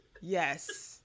Yes